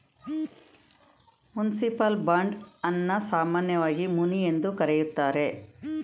municipal bond ಅನ್ನ ಸಾಮಾನ್ಯವಾಗಿ muni ಎಂದು ಕರೆಯುತ್ತಾರೆ